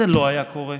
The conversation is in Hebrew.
זה לא היה קורה,